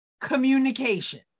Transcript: communication